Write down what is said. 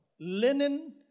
linen